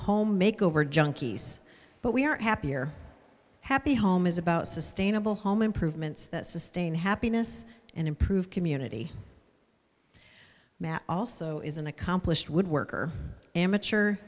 home make over junkies but we are happy or happy home is about sustainable home improvements that sustain happiness and improve community matt also is an accomplished woodworker amateur